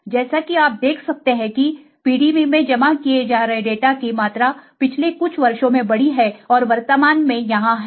जैसा कि आप देख सकते हैं कि PDB में जमा किए जा रहे डाटा की मात्रा पिछले कुछ वर्षों में बढ़ी है और वर्तमान में यहाँ है